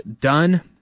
done